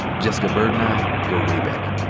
jessica byrd and i go way back.